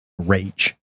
rage